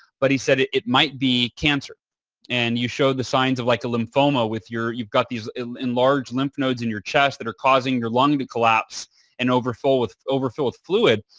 but he said, it it might be cancer and you show the signs of like a lymphoma with your you've got these enlarged lymph nodes in your chest that are causing your lung to collapse and overfill with overfill with fluid.